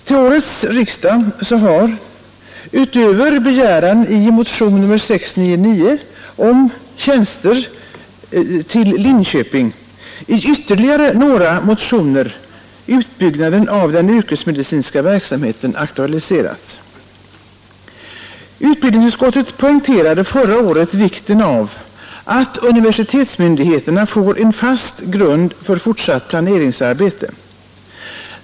Till årets riksdag har, utöver begäran i motionen 699 om tjänster till Linköping, i ytterligare några motioner utbyggnaden av den yrkesmedicinska verksamheten aktualiserats. Utbildningsutskottet poängterade förra året vikten av att universitetsmyndigheterna får en fast grund för fortsatt planeringsarbete.